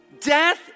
Death